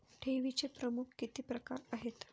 ठेवीचे प्रमुख किती प्रकार आहेत?